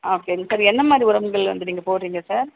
ஓகேங்க சார் என்னமாதிரி உரங்கள் வந்து நீங்கள் போடுறீங்க சார்